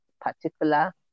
particular